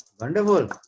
Wonderful